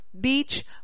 beach